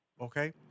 okay